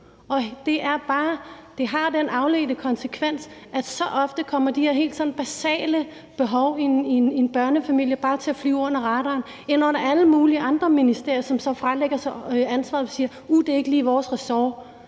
det har den afledte konsekvens, at de her helt basale behov i en børnefamilie bare kommer til at flyve under radaren og bliver lagt ind under alle mulige andre ministerier, som så fralægger sig ansvaret og siger: Uh, det er ikke lige vores ressort.